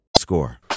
Score